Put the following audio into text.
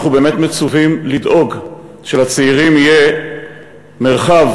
אנחנו באמת מצווים לדאוג שלצעירים יהיה מרחב